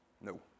No